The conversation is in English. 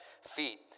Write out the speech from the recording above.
feet